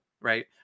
right